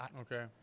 Okay